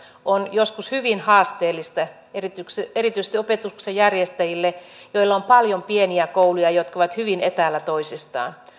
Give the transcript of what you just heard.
on joskus hyvin haasteellinen erityisesti opetuksen järjestäjille joilla on paljon pieniä kouluja jotka ovat hyvin etäällä toisistaan